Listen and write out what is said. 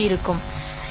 சரியானது